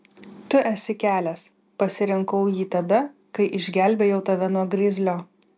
tu esi kelias pasirinkau jį tada kai išgelbėjau tave nuo grizlio